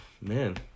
man